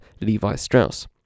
Levi-Strauss